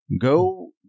go